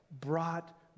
brought